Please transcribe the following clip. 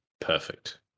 Perfect